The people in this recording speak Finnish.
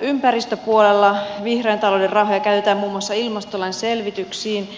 ympäristöpuolella vihreän talouden rahoja käytetään muun muassa ilmastolain selvityksiin